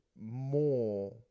more